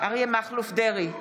אריה מכלוף דרעי,